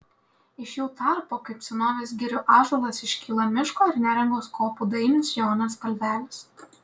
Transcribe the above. iš jų tarpo kaip senovės girių ąžuolas iškyla miško ir neringos kopų dainius jonas kalvelis